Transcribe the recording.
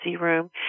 room